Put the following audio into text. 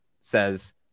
says